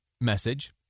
message